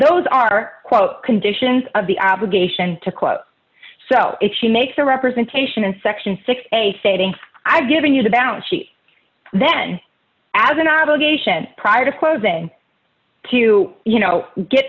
those are quote conditions of the obligation to quote so if she makes the representation in section six a savings i've given you the balance sheet then as an obligation prior to closing to you know get